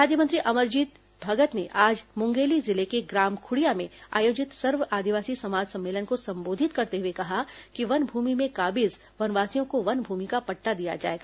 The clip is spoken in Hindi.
खाद्य मंत्री अमरजीत भगत ने आज मुगेली जिले के ग्राम खुड़िया में आयोजित सर्व आदिवासी समाज सम्मेलन को संबोधित करते हुए कहा कि वन भूमि में काबिज वनवासियों को वन भूमि का पट्टा दिया जाएगा